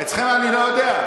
אצלכם אני לא יודע.